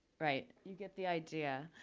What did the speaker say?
right, you get the idea.